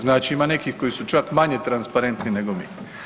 Znači ima nekih koji su čak manje transparentni nego mi.